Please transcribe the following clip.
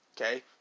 Okay